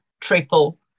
triple